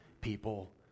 people